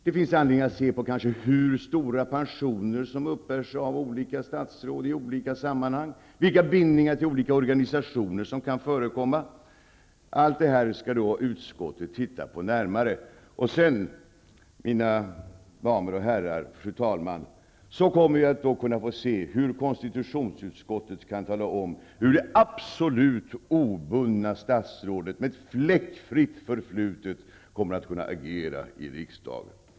Det finns kanske anledning att se på hur stora pensioner som olika statsråd uppbär i olika sammanhang och vilka bindningar till olika organisationer som kan förekomma. Allt det här skall utskottet närmare titta på. Sedan, mina damer och herrar och fru talman, får vi höra vad konstitutionsutskottet har att säga om hur det absolut obundna statsrådet med fläckfritt förflutet kommer att kunna agera i riksdagen.